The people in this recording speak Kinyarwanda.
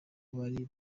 bari